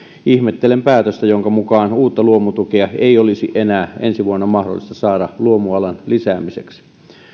ihmettelen päätöstä jonka mukaan uutta luomutukea ei olisi enää ensi vuonna mahdollista saada luomualan lisäämiseksi